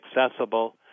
accessible